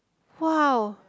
!wow!